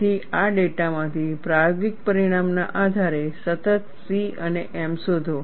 તેથી આ ડેટામાંથી પ્રાયોગિક પરિણામના આધારે સતત C અને m શોધો